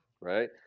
right